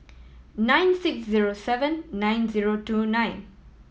nine six zero seven nine zero two nine